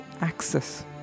access